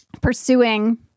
pursuing